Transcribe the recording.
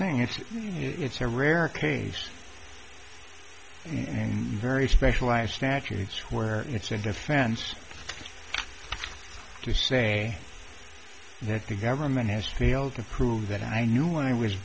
thing it's it's a rare case for very specialized statutes where it's a defense for to say that the government has failed to prove that i knew i was